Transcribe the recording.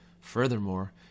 Furthermore